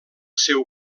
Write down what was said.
seu